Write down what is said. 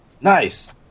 Nice